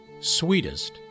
Sweetest